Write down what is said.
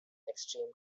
extreme